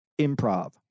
Improv